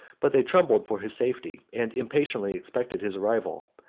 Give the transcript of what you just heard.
but they trembled for his safety, and impatiently expected his arrival.